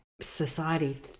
society